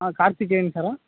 ஆ Karthikeyan சாரா